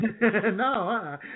No